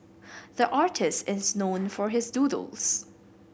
the artist is known for his doodles